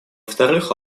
вторых